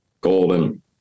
golden